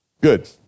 good